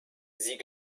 sie